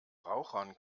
rauchern